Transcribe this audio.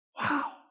Wow